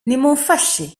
nimumfashe